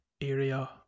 area